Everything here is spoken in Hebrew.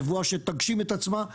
נבואה שתגשים את עצמה,